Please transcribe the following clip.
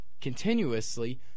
continuously